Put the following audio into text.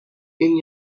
این